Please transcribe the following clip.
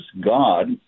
God